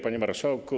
Panie Marszałku!